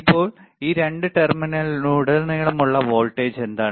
ഇപ്പോൾ ഈ രണ്ട് ടെർമിനലിലുടനീളമുള്ള വോൾട്ടേജ് എന്താണ്